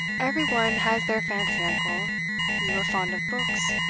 every one has their fancy, uncle you are fond of books.